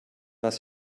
was